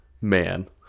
man